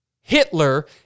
Hitler